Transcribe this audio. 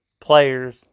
players